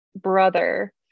brother